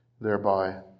thereby